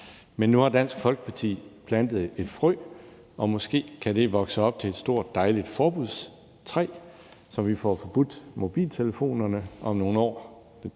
men nu har Dansk Folkeparti plantet et frø, og måske kan det vokse op til et stort og dejligt forbudstræ, så vi får forbudt mobiltelefonerne om nogle år.